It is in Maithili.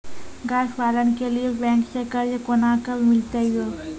गाय पालन के लिए बैंक से कर्ज कोना के मिलते यो?